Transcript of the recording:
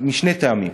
משני טעמים.